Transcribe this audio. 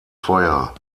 feuer